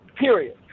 Period